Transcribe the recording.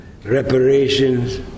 ...reparations